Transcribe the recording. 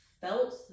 felt